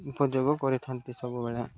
ଉପଯୋଗ କରିଥାନ୍ତି ସବୁବେଳେ